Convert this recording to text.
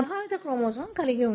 ప్రభావిత క్రోమోజోమ్ కలిగి ఉంటుంది